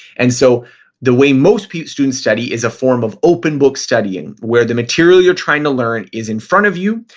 and so the way most students study is a form of open book studying where the material you're trying to learn is in front of you.